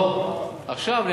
בריאות,